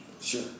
Sure